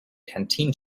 canteen